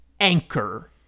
anchor